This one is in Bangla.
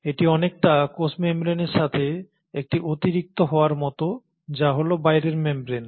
এটি অনেকটা কোষ মেমব্রেনের সাথে একটি অতিরিক্ত হওয়ার মত যা হল বাইরের মেমব্রেন